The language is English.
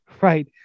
right